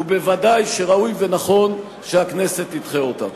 וודאי שראוי ונכון שהכנסת תדחה אותה.